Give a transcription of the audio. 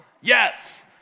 Yes